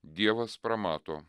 dievas pramato